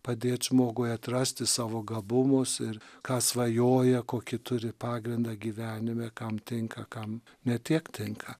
padėt žmogui atrasti savo gabumus ir ką svajoja kokį turi pagrindą gyvenime kam tinka kam ne tiek tenka